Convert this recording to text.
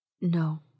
No